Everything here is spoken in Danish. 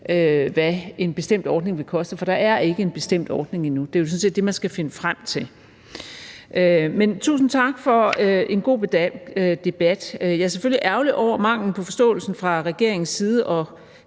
hvad en bestemt ordning vil koste, for der er ikke en bestemt ordning endnu; det er jo sådan set det, man skal finde frem til. Men tusind tak for en god debat. Jeg er selvfølgelig ærgerlig over manglen på forståelse fra regeringens side, og